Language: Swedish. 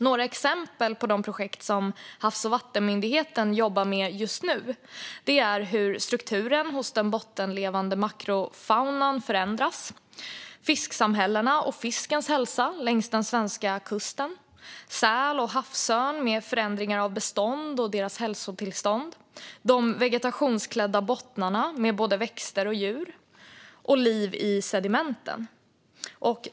Några exempel på de projekt som Havs och vattenmyndigheten jobbar med just nu är hur strukturen hos den bottenlevande makrofaunan förändras, fisksamhällena och fiskens hälsa längs den svenska kusten, säl och havsörn avseende förändringar av bestånd och deras hälsotillstånd, de vegetationsklädda bottnarna med både växter och djur samt liv i sedimenten.